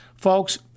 Folks